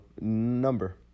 number